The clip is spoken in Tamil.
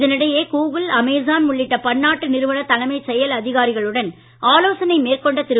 இதனிடையே கூகுள் அமேசான் உள்ளிட்ட பன்னாட்டு நிறுவன தலைமைச் செயல் அதிகாரிகளுடன் ஆலோசனை மேற்கொண்ட திரு